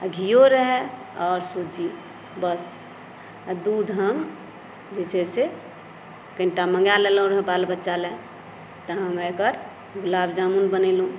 आ घीयो रहय आओर सूजी बस आ दूध हँ जे छै से कनिटा मँगा लेलहुॅं र बाल बच्चा लय तऽ हम एकर गुलाबजामुन बनेलहुँ